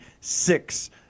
six